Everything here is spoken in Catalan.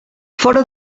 fora